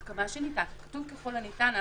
כתוב: ככל הניתן.